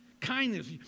Kindness